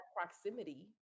proximity